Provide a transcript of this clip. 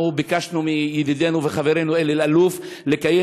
אנחנו ביקשנו מידידנו וחברנו אלי אלאלוף לקיים